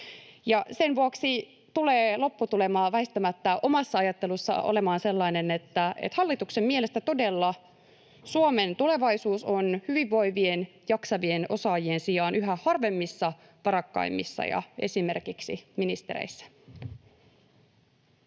sen vuoksi tulee lopputulema väistämättä omassa ajattelussani olemaan sellainen, että hallituksen mielestä todella Suomen tulevaisuus on hyvinvoivien, jaksavien osaajien sijaan yhä harvemmissa varakkaimmissa ja esimerkiksi ministereissä.